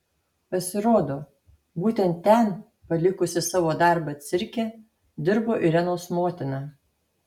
pasirodo būtent ten palikusi savo darbą cirke dirbo irenos motina